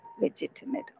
legitimate